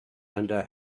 under